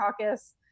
caucus